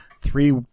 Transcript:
three